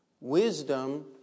Wisdom